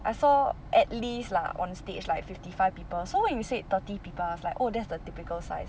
I saw at least lah on stage like fifty five people so when you say thirty people I was like oh that's the typical size